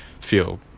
feel